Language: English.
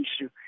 issue